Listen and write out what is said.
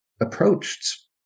approached